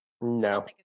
No